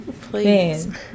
Please